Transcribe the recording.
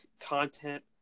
content